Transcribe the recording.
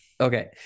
Okay